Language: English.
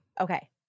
Okay